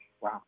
Wow